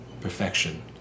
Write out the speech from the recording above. perfection